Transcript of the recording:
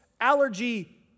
allergy